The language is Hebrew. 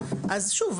אז שוב,